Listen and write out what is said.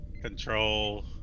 Control